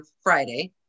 Friday